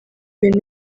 ibintu